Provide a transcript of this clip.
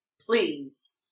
please